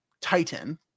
Titan